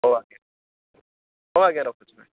ହଉ ଆଜ୍ଞା ହଉ ଆଜ୍ଞା ରଖୁଛି